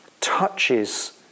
touches